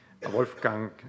Wolfgang